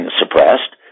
suppressed